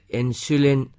insulin